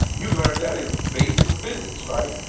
you learn that in basic physics, right?